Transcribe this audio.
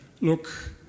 look